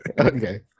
Okay